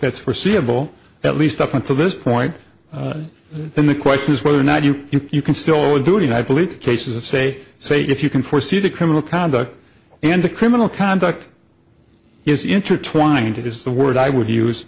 that's forseeable at least up until this point then the question is whether or not you you can still do it and i believe the cases of say say if you can foresee the criminal conduct and the criminal conduct is intertwined it is the word i would use